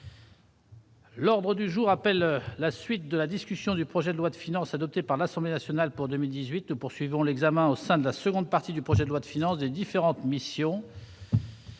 L'ordre du jour appelle la suite de la discussion du projet de loi de finances adoptées par l'Assemblée nationale pour 2018 poursuivons l'examen au sein de la seconde partie du projet de loi de finances des différentes missions.